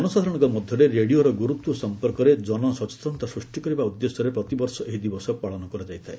ଜନସାଧାରଣଙ୍କ ମଧ୍ୟରେ ରେଡିଓର ଗୁରୁତ୍ୱ ସଂପର୍କରେ ଜନସଚେତନତା ସୃଷ୍ଟି କରିବା ଉଦ୍ଦେଶ୍ୟରେ ପ୍ରତିବର୍ଷ ଏହି ଦିବସ ପାଳିନ କରାଯାଇଥାଏ